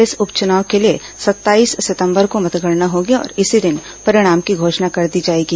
इस उप चुनाव के लिए सत्ताईस सितंबर को मतगणना होगी और इसी दिन परिणाम की घोषणा कर दी जाएगी